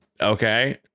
okay